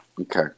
Okay